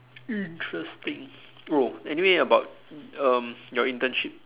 interesting oh anyway about um your internship